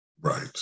Right